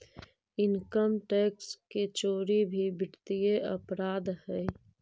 income tax के चोरी भी वित्तीय अपराध हइ